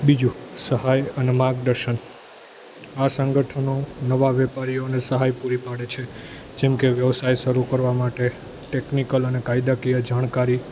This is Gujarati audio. બીજું સહાય અને માર્ગદર્શન આ સંગઠનો નવા વેપારીઓને સહાય પૂરી પાડે છે જેમકે વ્યવસાય શરૂ કરવા માટે ટેકનિકલ અને કાયદાકીય જાણકારી